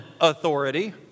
authority